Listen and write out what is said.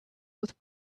with